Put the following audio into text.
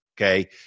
okay